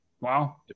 Wow